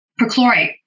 Perchlorate